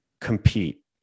compete